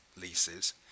leases